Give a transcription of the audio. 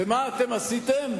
ומה אתם עשיתם?